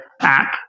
app